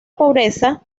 pobreza